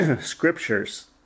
scriptures